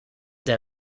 der